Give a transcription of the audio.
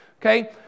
okay